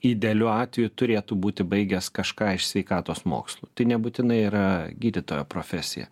idealiu atveju turėtų būti baigęs kažką iš sveikatos mokslų tai nebūtinai yra gydytojo profesija